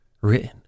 written